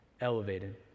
elevated